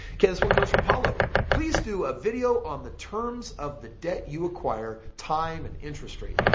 okay this one comes from paolo. please do a video on the terms of the debt you acquire time and interest rate.